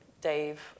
Dave